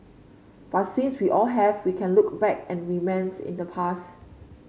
but since we all have we can look back and reminisce in the past